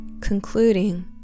concluding